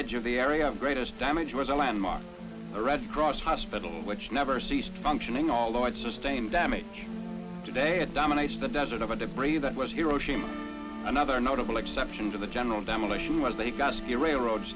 edge of the area of greatest damage was a landmark the red cross hospital which never ceased functioning although it sustained damage today it dominates the desert over debris that was hiroshima and other notable exception to the general demolition where they got the railroad